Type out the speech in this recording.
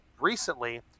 recently